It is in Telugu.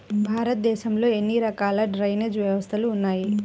భారతదేశంలో ఎన్ని రకాల డ్రైనేజ్ వ్యవస్థలు ఉన్నాయి?